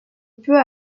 peu